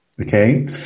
Okay